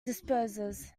disposes